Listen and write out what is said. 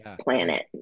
planet